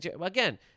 Again